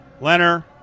Leonard